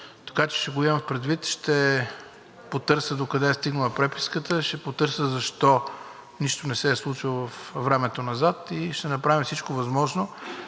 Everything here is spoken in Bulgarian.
Така че ще го имам предвид. Ще потърся докъде е стигнала преписката. Ще потърся защо нищо не се е случило във времето назад. Ще направим всичко възможно,